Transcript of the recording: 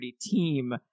team